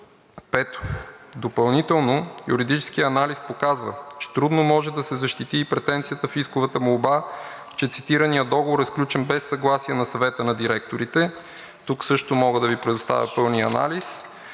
Пето, допълнително юридическият анализ показва, че трудно може да се защити и претенцията в исковата молба, че цитираният договор е сключен без съгласие на Съвета на директорите. Тук също мога да Ви предоставя пълния анализ.